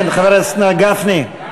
כן, חבר הכנסת מר גפני?